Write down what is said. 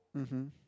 uh hmm